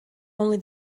only